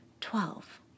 twelve